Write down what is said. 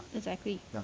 exactly